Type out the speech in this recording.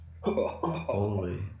Holy